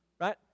Right